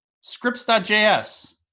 Scripts.js